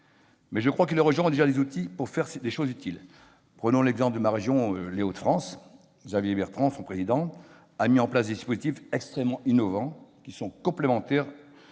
crois que les régions ont déjà des outils pour faire des choses utiles. Prenons l'exemple de ma région, les Hauts-de-France. Xavier Bertrand, son président, a mis en place des dispositifs extrêmement innovants, qui sont complémentaires